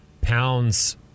Pounds